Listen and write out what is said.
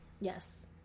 Yes